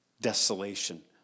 desolation